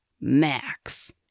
Max